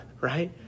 Right